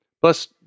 Plus